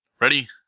Ready